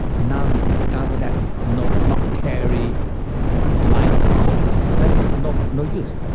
now they discovered that not not carry life code that mean no no use.